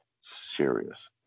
Serious